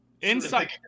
inside